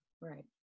Right